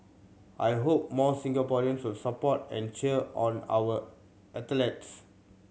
I hope more Singaporeans will support and cheer on our athletes